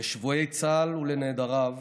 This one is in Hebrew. לשבויי צה"ל ולנעדריו,